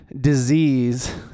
disease